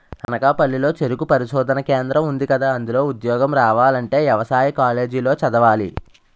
అనకాపల్లి లో చెరుకు పరిశోధనా కేంద్రం ఉందికదా, అందులో ఉద్యోగం రావాలంటే యవసాయ కాలేజీ లో చదవాలి